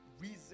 reason